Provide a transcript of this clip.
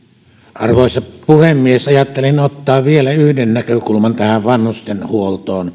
arvoisa puhemies ajattelin ottaa vielä yhden näkökulman tähän vanhustenhuoltoon